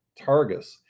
Targus